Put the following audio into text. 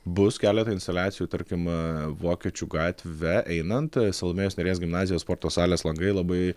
bus keletą instaliacijų tarkim vokiečių gatve einant salomėjos nėries gimnazijos sporto salės langai labai